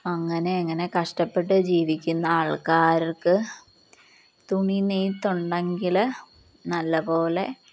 അങ്ങനെ അങ്ങനെ കഷ്ടപ്പെട്ട് ജീവിക്കുന്ന ആൾക്കാർക്ക് തുണി നെയ്ത്തുണ്ടെങ്കിൽ നല്ലപോലെ